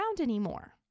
anymore